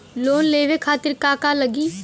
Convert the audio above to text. Loan लेवे खातीर का का लगी?